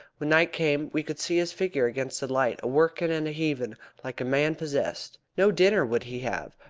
when night came we could see his figure against the light, a-workin' and a-heavin' like a man possessed. no dinner would he have,